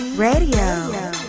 Radio